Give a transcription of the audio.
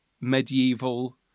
medieval